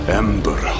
ember